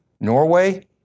Norway